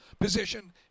position